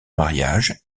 mariage